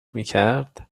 میکرد